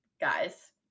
guys